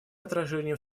отражением